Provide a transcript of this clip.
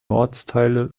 ortsteile